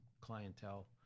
clientele